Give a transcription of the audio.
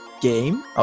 game